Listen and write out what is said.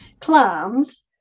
clams